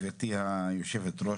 גברתי היושבת-ראש,